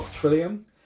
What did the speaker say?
Trillium